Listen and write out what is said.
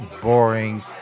boring